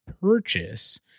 purchase